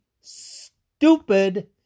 stupid